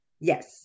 Yes